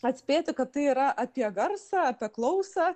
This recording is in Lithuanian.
atspėti kad tai yra apie garsą apie klausą